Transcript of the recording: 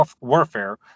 Warfare